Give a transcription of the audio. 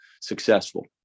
successful